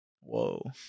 Whoa